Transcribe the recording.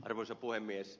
arvoisa puhemies